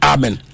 Amen